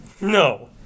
No